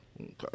Okay